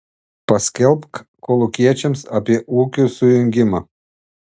paskelbk kolūkiečiams apie ūkių sujungimą